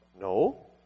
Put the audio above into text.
No